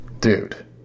Dude